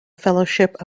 fellowship